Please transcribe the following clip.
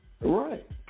Right